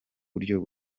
buryo